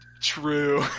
True